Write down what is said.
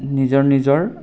নিজৰ নিজৰ